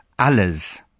alles